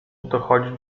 dochodzi